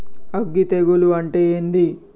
అగ్గి తెగులు అంటే ఏంది?